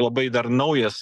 labai dar naujas